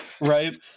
right